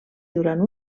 durant